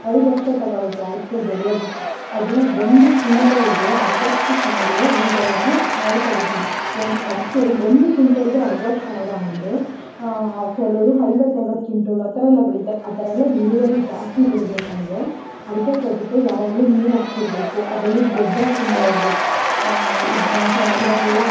ಐದು ವರ್ಷ ತಗೊಳ್ಳುತೆ ಅಡಿಕೆ ಬೆಳ್ಯೋದಕ್ಕೆ ಅದು ಒಂದು ಕಿಂಟೋಲ್ಗೆ ಅರವತ್ತು ಸಾವಿರ ರೂಗಳನ್ನು ನಾವು ತಗೊತೀವಿ ಒಂದು ಅಡಿಕೆ ಒಂದು ಕಿಂಟೋಲ್ಗೆ ಅರವತ್ತು ಸಾವಿರ ಅಂದರೆ ಕೆಲವರು ಐವತ್ತು ಐವತ್ತು ಕಿಂಟೋಲು ಆ ಥರಯೆಲ್ಲಾ ಬೆಳಿತಾರೆ ಆ ಥರಯೆಲ್ಲಾ ಇಳುವರಿ ಜಾಸ್ತಿ ಬರಬೇಕಂದ್ರೆ ಅಡಿಕೆ ತೋಟಕ್ಕೆ ಯಾವಾಗಲೂ ನೀರು ಹಾಕ್ತಿರ್ಬೇಕು ಅದರಲ್ಲಿ ಗೊಬ್ಬರ ತುಂಬ ಇರಬೇಕು ಇದನ್ನು ಸಾ ಇವಾಗೆಲ್ಲ